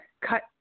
cut